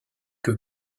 que